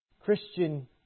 Christian